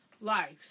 lives